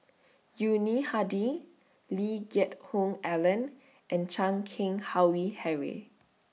Yuni Hadi Lee Geck Hoon Ellen and Chan Keng Howe Harry